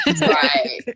Right